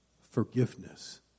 forgiveness